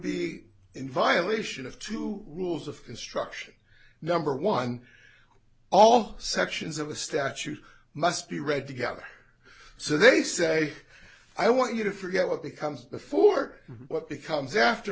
be in violation of two rules of instruction number one all sections of a statute must be read together so they say i want you to forget what the comes before what becomes after